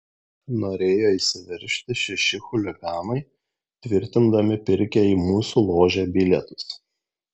norėjo įsiveržti šeši chuliganai tvirtindami pirkę į mūsų ložę bilietus